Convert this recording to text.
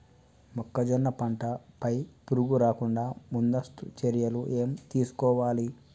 మొక్కజొన్న పంట పై పురుగు రాకుండా ముందస్తు చర్యలు ఏం తీసుకోవాలి?